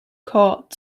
called